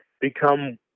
become